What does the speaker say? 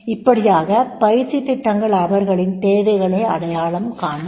இப்படியாக பயிற்சித் திட்டங்கள் அவர்களின் தேவைகளை அடையாளம் காணும்